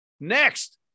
Next